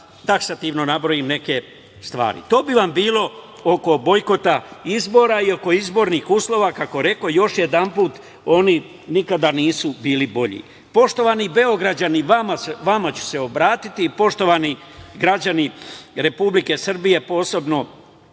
taksativno nabrojim neke stvari. To bi vam bilo oko bojkota izbora i oko izbornih uslova. Kako rekoh, još jedanput, oni nikada nisu bili bolji. Poštovani Beograđani vama ću se obratiti i poštovani građani Republike Srbije, posebno